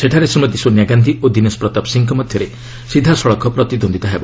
ସେଠାରେ ଶ୍ରୀମତୀ ସୋନିଆ ଗାନ୍ଧି ଓ ଦିନେଶ ପ୍ରତାପ ସିଂହଙ୍କ ମଧ୍ୟରେ ସିଧାସଳଖ ପ୍ରତିଦ୍ୱନ୍ଦ୍ୱିତା ହେବ